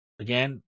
Again